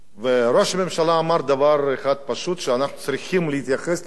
ראש הממשלה אמר דבר אחד פשוט: שאנחנו צריכים להתייחס לתקציב באחריות.